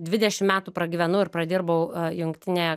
dvidešim metų pragyvenau ir pradirbau jungtinėje